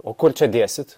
o kur čia dėsit